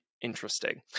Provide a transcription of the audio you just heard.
interesting